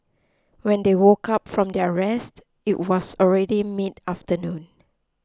when they woke up from their rest it was already mid afternoon